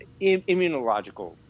immunological